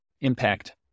impact